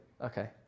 Okay